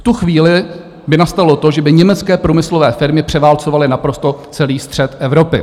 V tu chvíli by nastalo to, že by německé průmyslové firmy převálcovaly naprosto celý střed Evropy.